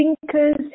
thinkers